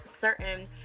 Certain